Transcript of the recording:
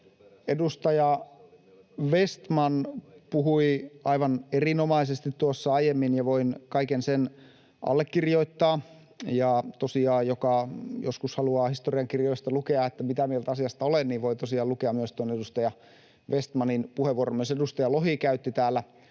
Edustaja Vestman puhui aivan erinomaisesti tuossa aiemmin, ja voin kaiken sen allekirjoittaa, ja tosiaan, joka joskus haluaa historiankirjoista lukea, mitä mieltä asiasta olen, voi tosiaan lukea myös tuon edustaja Vestmanin puheenvuoron. Myös edustaja Lohi käytti täällä